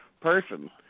person